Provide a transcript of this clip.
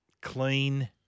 clean